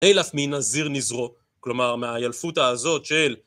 נילף מנזיר נזרו, כלומר מהילפותא הזאת של...